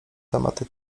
tematy